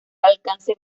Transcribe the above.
alcance